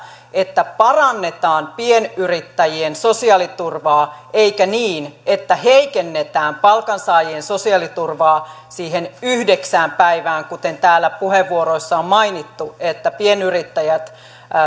että parannetaan pienyrittäjien sosiaaliturvaa eikä sitä että heikennetään palkansaajien sosiaaliturvaa siihen yhdeksään päivään kuten täällä puheenvuoroissa on mainittu että pienyrittäjät